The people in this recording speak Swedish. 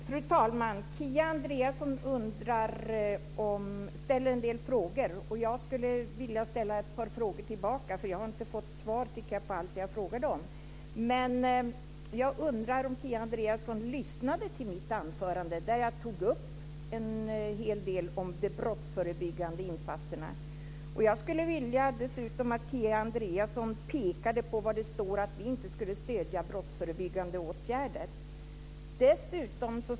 Fru talman! Kia Andreasson ställer en del frågor, och jag skulle vilja ställa ett par frågor tillbaka, för jag har inte fått svar på allt jag frågade om. Jag undrar om Kia Andreasson lyssnade till mitt anförande, där jag tog upp en hel del om de brottsförebyggande insatserna. Jag skulle dessutom vilja att Kia Andreasson pekade på var det står att vi inte skulle stödja brottsförebyggande åtgärder.